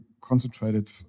concentrated